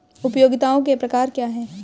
उपयोगिताओं के प्रकार क्या हैं?